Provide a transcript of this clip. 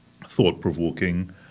thought-provoking